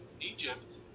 Egypt